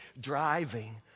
driving